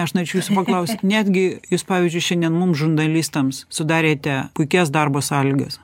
aš norėčiau jūsų paklaust netgi jūs pavyzdžiui šiandien mum žurnalistams sudarėte puikias darbo sąlygas